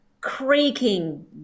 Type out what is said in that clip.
creaking